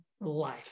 life